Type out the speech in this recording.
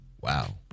Wow